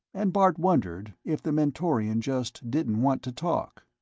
and bart wondered if the mentorian just didn't want to talk.